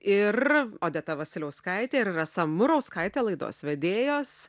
ir odeta vasiliauskaitė ir rasa murauskaitė laidos vedėjos